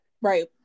Right